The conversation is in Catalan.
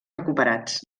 recuperats